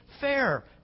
fair